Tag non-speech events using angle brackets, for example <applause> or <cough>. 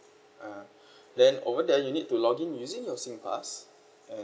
uh <breath> then over there you need to login using your singpass and